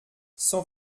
cent